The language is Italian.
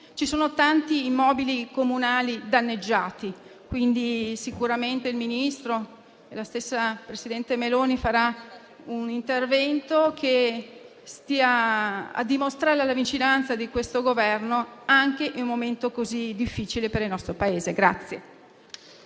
Ci sono tanti immobili comunali danneggiati, quindi sicuramente il Ministro e la stessa presidente Meloni faranno un intervento che stia a dimostrare la vicinanza di questo Governo, anche in un momento così difficile per il nostro Paese.